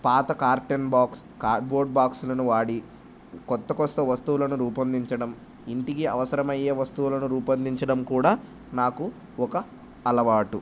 పాత carton box cardboard బాక్సులను వాడి కొత్త కొత్త వస్తువులను రూపొందించడం ఇంటికి అవసరమయ్యే వస్తువులను రూపొందించడం కూడా నాకు ఒక అలవాటు